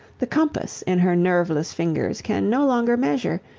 the compass in her nerveless fingers can no longer measure,